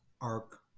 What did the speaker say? arc